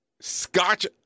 Scotch